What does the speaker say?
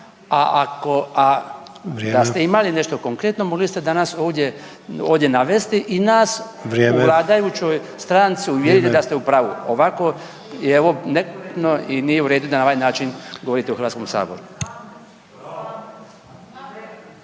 A ako, a da ste imali nešto konkretno mogli ste danas ovdje navesti i nas u vladajućoj stranci uvjeriti da ste u pravu. Ovako je evo nekorektno i nije u redu da na ovaj način govorite u Hrvatskom saboru.